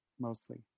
mostly